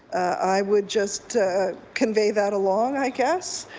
i would just convey that along, i guess,